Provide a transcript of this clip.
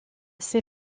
ces